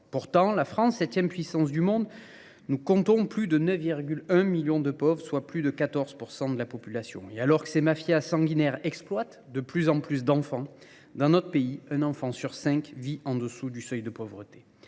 Pourtant, la France, septième puissance du monde, Nous comptons plus de 9,1 millions de pauvres, soit plus de 14% de la population. Et alors que ces mafias sanguinaires exploitent de plus en plus d'enfants, dans notre pays, un enfant sur cinq vit en dessous du seuil de pauvreté.